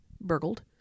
burgled